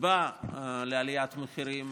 הסיבה לעליית מחירים,